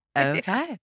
okay